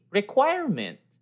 requirement